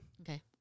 Okay